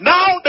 Now